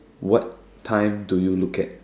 what time do you look at